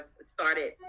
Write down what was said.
started